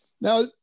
Now